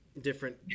different